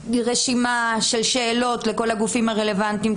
רשימה של שאלות לכל הגופים הרלוונטיים,